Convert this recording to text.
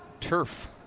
Turf